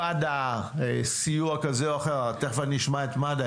למד"א סיוע כזה או אחר תכף אשמע את מד"א,